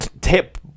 tip